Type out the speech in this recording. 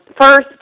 First